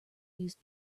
used